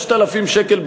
5,000-4,000 שקל בחודש,